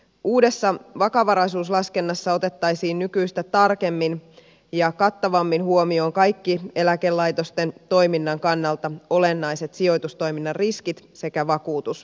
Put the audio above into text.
uudessa vakavaraisuuslaskennassa otettaisiin nykyistä tarkemmin ja kattavammin huomioon kaikki eläkelaitosten toiminnan kannalta olennaiset sijoitustoiminnan riskit sekä vakuutusriskit